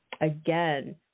Again